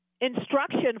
instruction